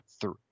three